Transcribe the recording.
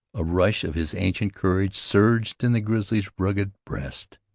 a rush of his ancient courage surged in the grizzly's rugged breast.